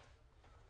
הוא מוסד גדול.